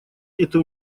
это